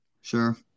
Sure